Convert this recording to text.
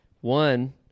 One